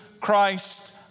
Christ